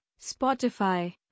Spotify